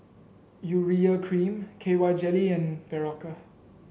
Urea Cream K Y Jelly and Berocca